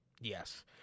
Yes